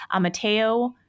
Mateo